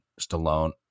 Stallone